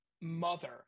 mother